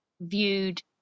viewed